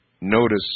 notice